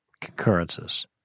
concurrences